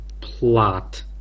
plot